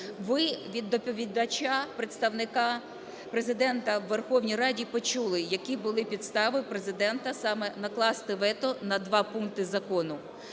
Ви від доповідача, представника Президента у Верховній Раді, почули, які були підстави у Президента саме накласти вето на два пункти закону.